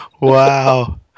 Wow